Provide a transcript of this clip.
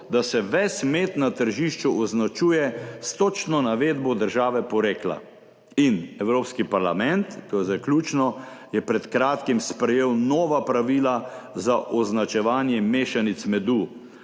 da se ves med na tržišču označuje s točno navedbo države porekla. Evropski parlament, to je zdaj ključno, je pred kratkim sprejel nova pravila za označevanje mešanic medu.